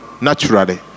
naturally